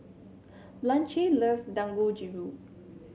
Blanche loves Dangojiru